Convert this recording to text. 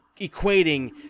equating